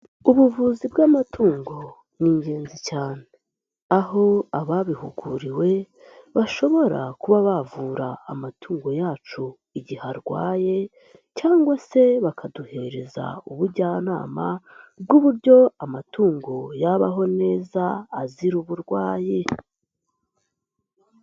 Ubuvuzi bw'amatungo ni ingenzi cyane. Aho ababihuguriwe bashobora kuba bavura amatungo yacu igihe arwaye cyangwa se bakaduhereza ubujyanama bw'uburyo amatungo yabaho neza azira uburwayi.